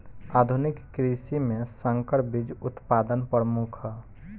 आधुनिक कृषि में संकर बीज उत्पादन प्रमुख ह